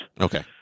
Okay